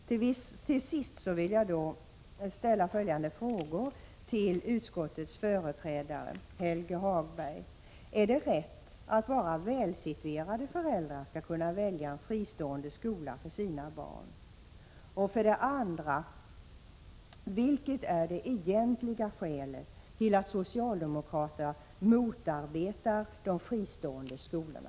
Till slut vill jag ställa följande två frågor till utskottets företrädare Helge Hagberg: Är det rätt att bara välsituerade föräldrar skall kunna välja en fristående skola för sina barn? Vilket är det egentliga skälet till att socialdemokraterna motarbetar de fristående skolorna?